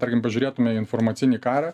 tarkim pažiūrėtume į informacinį karą